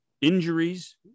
injuries